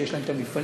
שיש להם את המפעלים,